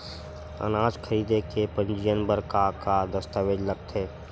अनाज खरीदे के पंजीयन बर का का दस्तावेज लगथे?